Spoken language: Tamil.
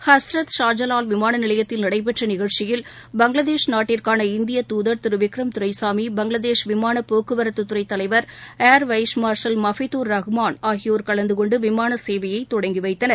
ஹஸ்ரத் ஷாஜவால் விமான நிலையத்தில் நடைபெற்ற நிகழ்ச்சியில் பங்களாதேஷ் நாட்டிற்கான இந்திய தூதர் திரு விக்ரம் துரைசாமி பங்களாதேஷ் விமாளப் போக்குவரத்து துறை தலைவர் air vice marshal Mafidur Rahman ஆகியோர் கலந்தகொண்டு விமான சேவையய தொடங்கி வைத்தனர்